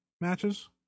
matches